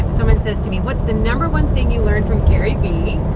somebody says to me, what's the number one thing you learned from gary vee,